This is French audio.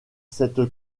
cette